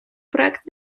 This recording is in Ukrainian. проект